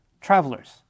Travelers